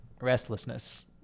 Restlessness